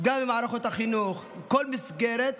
במערכות החינוך ובכל מסגרת